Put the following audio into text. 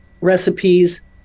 recipes